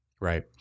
right